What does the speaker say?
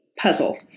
puzzle